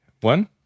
One